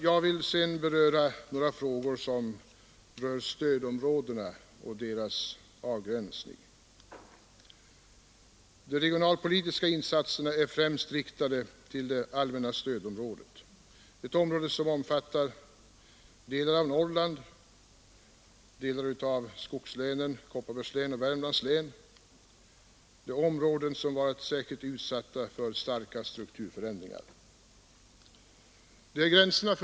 Jag vill sedan ta upp några frågor som rör stödområdena och deras avgränsning. De regionalpolitiska insatserna är främst riktade till det allmänna stödområdet. Det omfattar delar av Norrland och delar av skogslänen Kopparbergs län och Värmlands län. Det är områden som varit särskilt utsatta för strukturförändringar.